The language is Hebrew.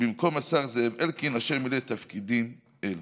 במקום השר זאב אלקין אשר מילא תפקידים אלה.